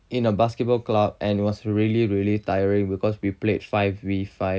in a basketball club and it was really really tiring because we played five V five